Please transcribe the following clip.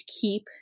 keep